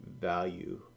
value